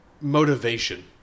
motivation